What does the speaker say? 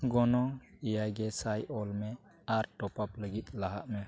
ᱜᱚᱱᱚᱝ ᱮᱭᱟᱭ ᱜᱮᱥᱟᱭ ᱚᱞᱢᱮ ᱟᱨ ᱞᱟᱹᱜᱤᱫ ᱞᱟᱦᱟᱜ ᱢᱮ